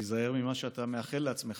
תיזהר ממה שאתה מאחל לעצמך,